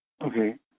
Okay